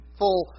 full